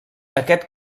aquest